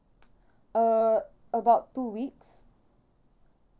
uh about two weeks